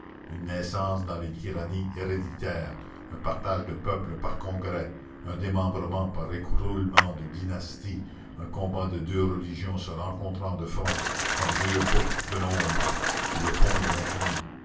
une naissance dans les tyrannies héréditaires un partage de peuples par congrès un démembrement par écroulement de dynastie un combat de deux religions se rencontrant de front comme deux boucs de l'ombre sur le pont de l'infini